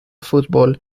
fútbol